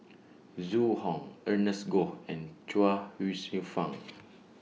Zhu Hong Ernest Goh and Chuang Hsueh Fang